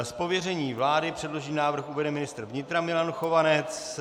Z pověření vlády předložený návrh uvede ministr vnitra Milan Chovanec.